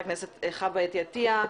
חוה אתי עטיה,